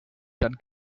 done